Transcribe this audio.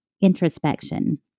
introspection